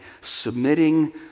submitting